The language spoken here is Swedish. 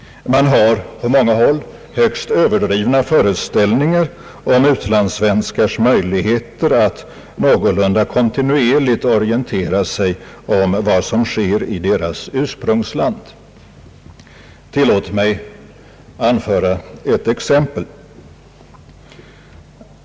Man har på många håll högst överdrivna föreställningar om utlandssvenskars möjligheter att någorlunda kontinuerligt orientera sig om vad som sker i deras ursprungsland. Tillåt mig anföra ett exempel.